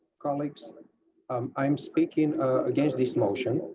colleagues um i'm speaking against this motion.